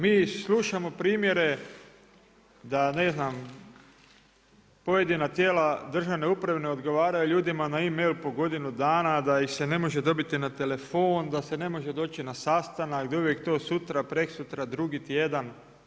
Mi slušamo primjere da ne znam, pojedina tijela državne uprave ne odgovaraju ljudima na e-mail po godinu dana a da ih se ne može dobiti na telefon, da se ne može doći na sastanak, da je uvijek to sutra, preksutra, drugi tjedan.